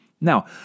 Now